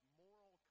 moral